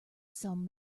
sum